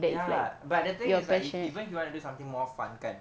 ya but the thing is like if even if you want to do something more fun kan